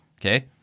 Okay